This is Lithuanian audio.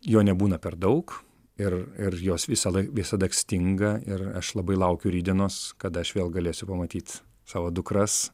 jo nebūna per daug ir ir jos visąlaik visada stinga ir aš labai laukiu rytdienos kada aš vėl galėsiu pamatyt savo dukras